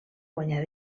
guanyar